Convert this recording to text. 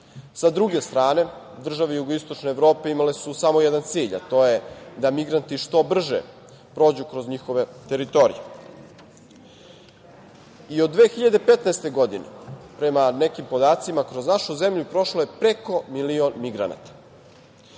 Sa druge strane, države Jugoistočne Evrope imale su samo jedan cilj, a to je da migranti što brže prođu kroz njihove teritorije. Od 2015. godine, prema nekim podacima, kroz našu zemlju je prošlo preko milion migranata.